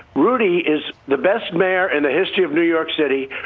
rudy is the best mayor in the history of new york city.